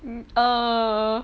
mm err